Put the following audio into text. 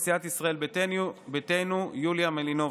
לסיעת ישראל ביתנו: יוליה מלינובסקי.